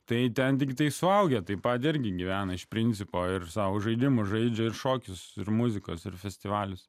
tai ten tiktai suaugę tai pat irgi gyvena iš principo ir savo žaidimus žaidžia ir šokius ir muzikos ir festivalis